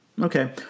okay